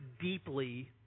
deeply